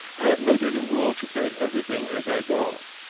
i have made it a rule to pay everything as i go.